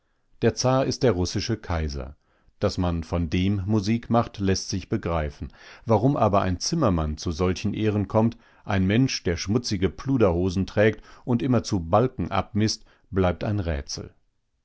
der zar ist der russische kaiser daß man von dem musik macht läßt sich begreifen warum aber ein zimmermann zu solchen ehren kommt ein mensch der schmutzige pluderhosen trägt und immerzu balken abmißt bleibt ein rätsel